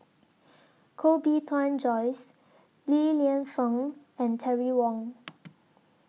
Koh Bee Tuan Joyce Li Lienfung and Terry Wong